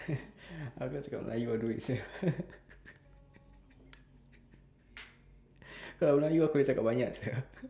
aku nak cakap melayu all the way sia kalau melayu aku dah cakap banyak sia